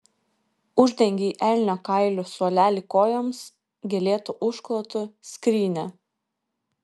uždengei elnio kailiu suolelį kojoms gėlėtu užklotu skrynią